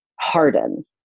harden